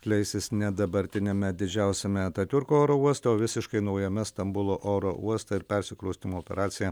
leisis ne dabartiniame didžiausiame atatiurko oro uoste o visiškai naujame stambulo oro uoste ir persikraustymo operacija